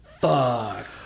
Fuck